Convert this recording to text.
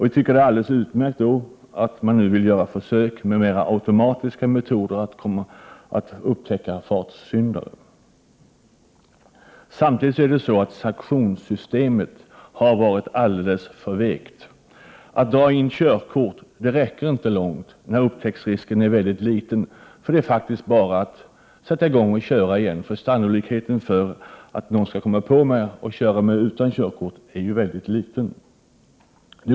Jag tycker att det är alldeles utmärkt att man nu vill göra försök med 30 maj 1989 mer automatiska metoder för att upptäcka fartsyndare. Samtidigt har sanktionssystemet varit alldeles för vekt. Att dra in körkortet räcker inte långt, när upptäcktsrisken är ytterst liten. Det är bara att sätta i gång och köra igen, eftersom sannolikheten för att någon skall komma på vederbörande med att köra utan körkort är mycket liten.